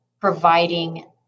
providing